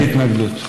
אין לי התנגדות.